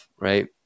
right